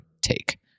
take